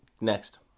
Next